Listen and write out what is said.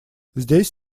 здесь